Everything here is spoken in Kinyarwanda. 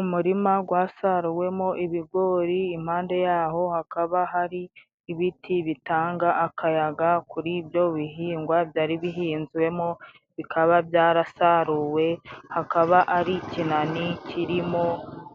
Umurima wasaruwemo ibigori, impande yaho hakaba hari ibiti bitanga akayaga, kuri ibyo bihingwa byari bihinzwemo bikaba byarasaruwe, hakaba ari ikinani kirimo